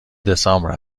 دسامبر